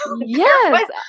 Yes